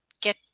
Get